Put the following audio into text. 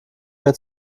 mehr